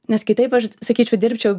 nes kitaip aš sakyčiau dirbčiau